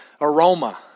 aroma